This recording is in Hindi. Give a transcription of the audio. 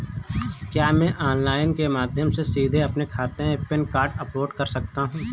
क्या मैं ऑनलाइन के माध्यम से सीधे अपने खाते में पैन कार्ड अपलोड कर सकता हूँ?